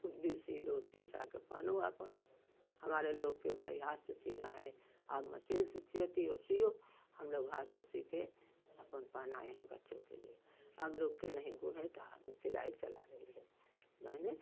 कुछ भी सीलो सी सा के पहनो आपन हमारे लोग के भाई हाथ से सीना है आप मसीन से सीती हो सियो हम लोग हाथ से सीकर अपन पहनाए हैं बच्चों के लिए अब लोग के नहीं गुण है तो हाथ में सिलाई चला रही है मैंने